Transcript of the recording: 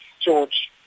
George